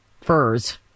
furs